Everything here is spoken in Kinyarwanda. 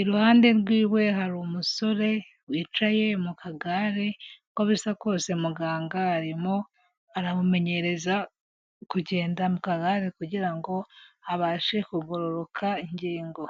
iruhande rwe hari umusore wicaye mu kagare uko bisa kose muganga arimo aramumenyereza kugenda mu kagare kugira ngo abashe kugororoka ingingo.